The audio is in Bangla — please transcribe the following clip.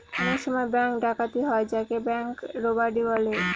অনেক সময় ব্যাঙ্ক ডাকাতি হয় যাকে ব্যাঙ্ক রোবাড়ি বলে